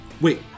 Wait